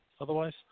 Otherwise